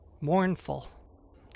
mournful